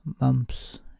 mumps